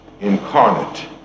incarnate